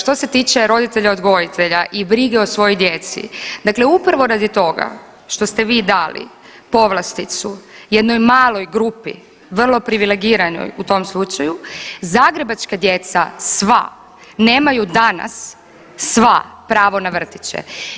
Što se tiče, što se tiče roditelja odgojitelja i brige o svoj djeci, dakle upravo radi toga što ste vi dali povlasticu jednoj maloj grupi vrlo privilegiranoj u tom slučaju zagrebačka djeca sva nemaju danas sva pravo na vrtiće.